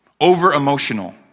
Over-emotional